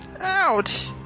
Ouch